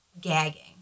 gagging